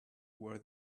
were